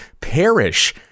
perish